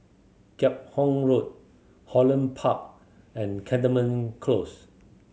Kheam Hock Road Holland Park and Cantonment Close